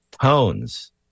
tones